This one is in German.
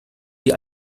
die